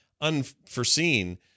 unforeseen